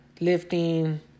lifting